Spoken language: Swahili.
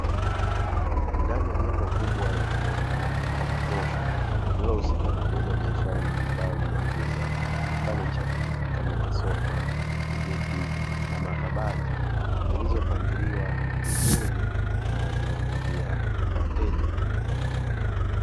Ndani ya jengo kubwa lenye mwanga wa kutosha, linalohusika na kuuza biashara mbalimbali ya kuuza fanicha kama masofa, viti na makabati zilizopangiliwa vizuri na zinavutia wateja.